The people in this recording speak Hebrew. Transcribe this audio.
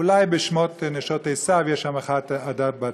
אולי בשמות נשות עשיו יש שם אחת עדה בת צבעון.